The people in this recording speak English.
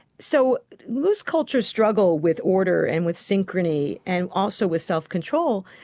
so loose cultures struggle with order and with synchrony and also with self-control.